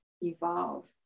evolve